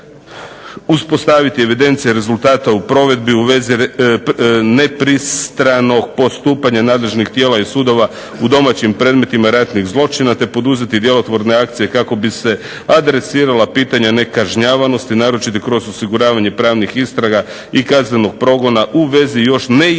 uspostaviti evidencije rezultata u provedbi u vezi nepristranog postupanja nadležnih tijela i sudova u domaćim predmetima ratnih zločina te poduzeti djelotvorne akcije kako bi se adresirala pitanja nekažnjavanosti, naročito kroz osiguravanje pravnih istraga i kaznenog progona u vezi još neistraženih